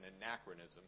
anachronism